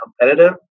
competitive